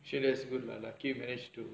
so that's good lah lucky you manage to